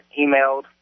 emailed